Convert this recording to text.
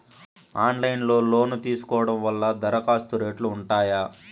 Online లో లోను తీసుకోవడం వల్ల దరఖాస్తు రేట్లు ఉంటాయా?